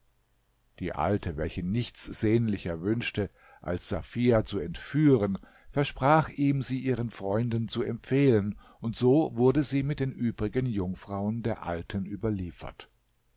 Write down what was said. die alte welche nichts sehnlicher wünschte als safia zu entführen versprach ihm sie ihren freunden zu empfehlen und so wurde sie mit den übrigen jungfrauen der alten überliefert